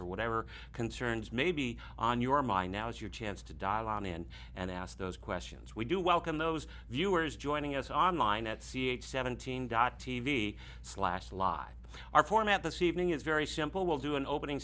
or whatever concerns may be on your mind now is your chance to dial on in and ask those questions we do welcome those viewers joining us on line at c h seventeen dot tv slash live our format this evening is very simple we'll do an opening